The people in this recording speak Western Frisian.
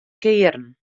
kearen